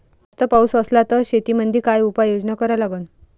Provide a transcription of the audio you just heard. जास्त पाऊस असला त शेतीमंदी काय उपाययोजना करा लागन?